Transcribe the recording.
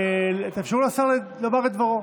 תאפשרו לשר לומר את דברו.